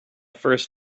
first